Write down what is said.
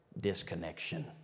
disconnection